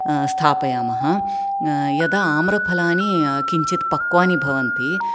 स्थापयामः यदा आम्रफलानि किञ्चित् पक्वानि भवन्ति